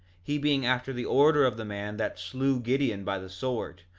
he being after the order of the man that slew gideon by the sword,